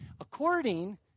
according